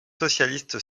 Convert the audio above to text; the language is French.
socialiste